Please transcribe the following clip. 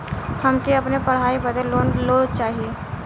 हमके अपने पढ़ाई बदे लोन लो चाही?